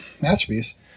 masterpiece